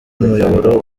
umuyoboro